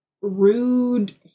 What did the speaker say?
rude